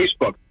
Facebook